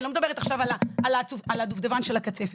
אני לא מדברת על הדובדבן שבקצפת.